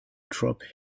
dropped